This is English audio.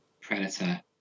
Predator